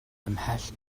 ymhell